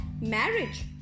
marriage